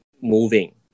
moving